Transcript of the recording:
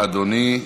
תודה, אדוני.